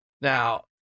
Now